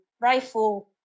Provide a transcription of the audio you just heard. rifle